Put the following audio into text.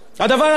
תקשיבו טוב,